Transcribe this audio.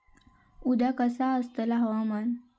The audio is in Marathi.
उद्या कसा आसतला हवामान?